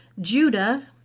Judah